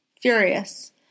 Furious